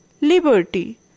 Liberty